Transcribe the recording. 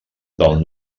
del